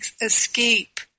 escape